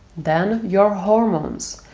then your hormones.